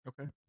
Okay